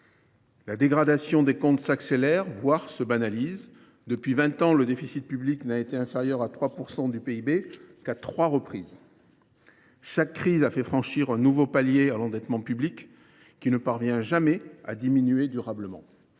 La dégradation des comptes s’accélère, voire se banalise : depuis vingt ans, le déficit public n’a été inférieur à 3 % du PIB qu’à trois reprises. Chaque crise a fait franchir un nouveau palier à l’endettement public, qui ne parvient jamais à diminuer durablement